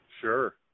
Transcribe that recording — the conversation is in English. Sure